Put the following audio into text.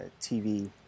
TV